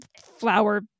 flower